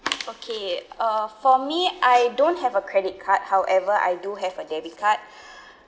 okay uh for me I don't have a credit card however I do have a debit card